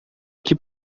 que